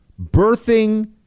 birthing